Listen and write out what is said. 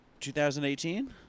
2018